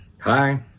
Hi